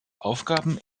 aufgaben